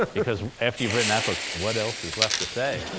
because after you've written that book what else is left to say?